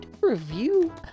review